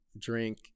drink